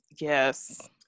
Yes